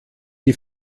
die